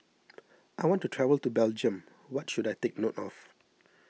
I want to travel to Belgium what should I take note of